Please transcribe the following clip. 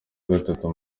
gatatu